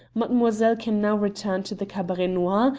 mademoiselle can now return to the cabaret noir,